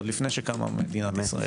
עוד לפני שקמה מדינת ישראל.